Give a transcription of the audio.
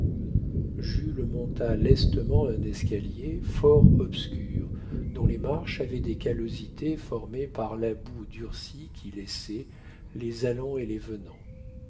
jules monta lestement un escalier fort obscur dont les marches avaient des callosités formées par la boue durcie qu'y laissaient les allants et les venants